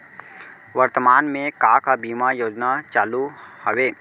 वर्तमान में का का बीमा योजना चालू हवये